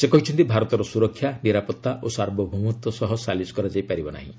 ସେ କହିଛନ୍ତି ଭାରତର ସ୍ୱରକ୍ଷା ନିରାପତ୍ତା ଓ ସାର୍ବଭୌମତ୍ୱ ସହ ସାଲିସ କରାଯାଇ ପାରିବ ନାହିଁ